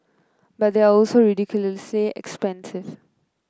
but they are also ridiculously expensive